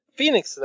Phoenix